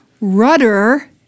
rudder